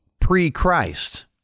pre-Christ